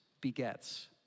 begets